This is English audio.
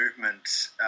Movement